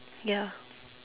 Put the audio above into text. ya